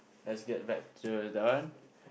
let's get back to that one